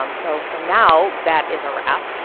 um so for now, that is a wrap,